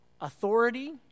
Authority